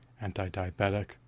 anti-diabetic